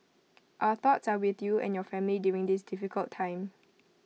our thoughts are with you and your family during this difficult time